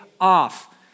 off